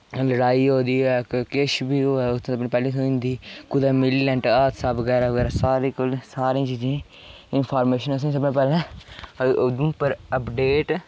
लड़ाई होई दी होऐ किश बी होऐ उत्थै पैह्लें थ्होई जंदी कुतै मिलीटैंट हादसा बगैरा बगैरा सारें कोला सारें चीजें दी इन्फारमेशन असें गी सभनें शा पैह्लें उधमपुर अपडेट